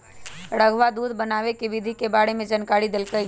रधवा दूध बनावे के विधि के बारे में जानकारी देलकई